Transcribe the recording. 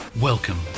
Welcome